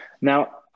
Now